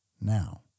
Now